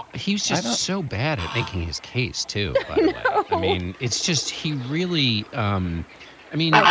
he's just so bad at making his case to i mean, it's just he really um i mean,